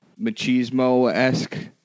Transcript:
machismo-esque